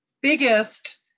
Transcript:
biggest